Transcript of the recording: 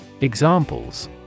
Examples